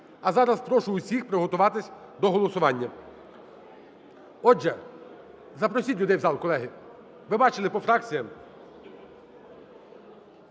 А зараз прошу всіх приготуватися до голосування. Отже… Запросіть людей в зал, колеги. Ви бачили по фракціях.